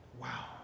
Wow